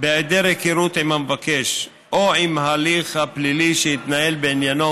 בהיעדר היכרות עם המבקש או עם ההליך הפלילי שהתנהל בעניינו,